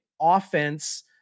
offense